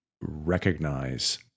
recognize